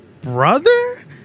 brother